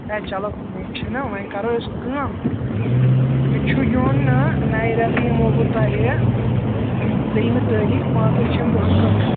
ہے چلو کیٚنٛہہ چھُنہٕ وۅنۍ کَرَو أسۍ کٲم مےٚ چھُ یُن نَیہِ رٮ۪تہٕ یِمو بہٕ تۄہہِ تریٚمہِ تٲریٖخ پانٛژَن شیٚن دۅہَن خٲطرٕ